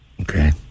Okay